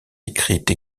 écrites